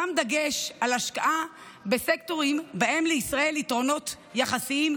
שם דגש על השקעה בסקטורים שבהם לישראל יתרונות יחסיים,